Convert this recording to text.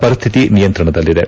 ಪರಿಸ್ಥಿತಿ ನಿಯಂತ್ರಣದಲ್ಲಿದೆ